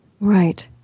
Right